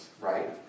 right